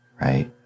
right